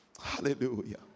Hallelujah